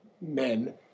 men